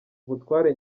ubutware